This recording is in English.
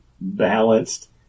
balanced